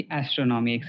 astronomy